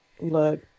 look